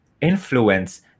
influence